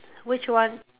which one